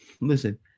listen